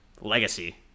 legacy